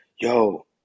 yo